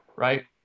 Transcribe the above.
right